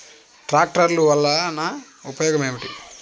ట్రాక్టర్లు వల్లన ఉపయోగం ఏమిటీ?